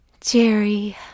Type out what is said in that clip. Jerry